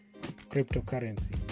cryptocurrency